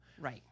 Right